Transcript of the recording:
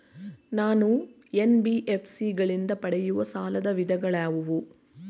ನಾನು ಎನ್.ಬಿ.ಎಫ್.ಸಿ ಗಳಿಂದ ಪಡೆಯುವ ಸಾಲದ ವಿಧಗಳಾವುವು?